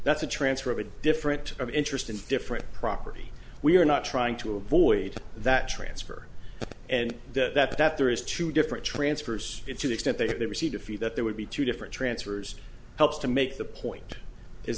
that's a transfer of a different type of interest in different property we are not trying to avoid that transfer and that that there is two different transfers to the extent they received a fee that there would be two different transfers helps to make the point is